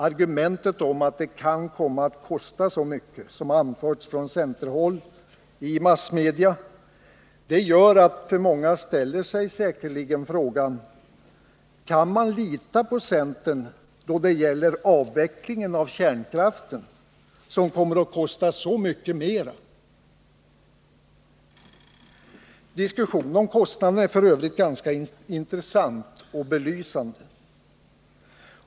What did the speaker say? Argumentet om att det kan komma att kosta så mycket, som anförts från centerhåll i massmedia, gör att många säkerligen ställer sig frågan: Kan man lita på centern då det gäller avvecklingen av kärnkraften, något som kommer att kosta så mycket mer? Diskussionen om kostnaderna är f. ö. ganska intressant och belysande.